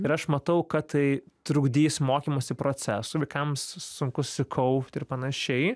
ir aš matau kad tai trukdys mokymosi procesui vaikams sunku susikaupt ir panašiai